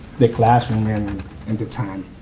the classroom, and and the time.